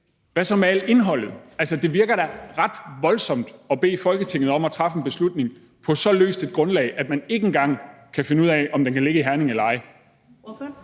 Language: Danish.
Hvad så med al indholdet? Altså, det virker da ret voldsomt at bede Folketinget om at træffe en beslutning på så løst et grundlag, at man ikke engang kan finde ud af, om den kan ligge i Herning eller ej.